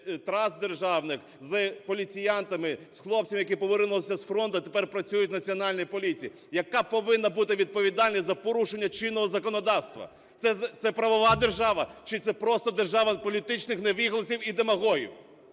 трас державних з поліціянтами, з хлопцями, які повернулися з фронту, а тепер працюють у Національній поліції? Яка повинна бути відповідальність за порушення чинного законодавства? Це правова держава чи це просто держава політичних невігласів і демагогів?